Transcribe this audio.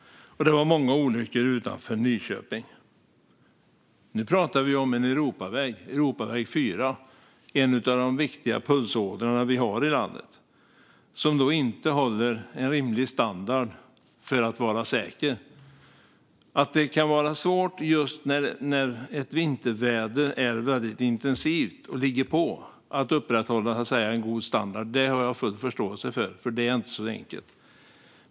Det var många olyckor utanför Nyköping. Nu pratar vi om en Europaväg, Europaväg 4, en av de viktiga pulsådror vi har i landet, som alltså inte håller en rimlig standard för att vara säker. Att det kan vara svårt att upprätthålla en god standard just när ett vinterväder är väldigt intensivt och ligger på har jag full förståelse för. Det är inte så enkelt.